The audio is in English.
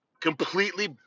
completely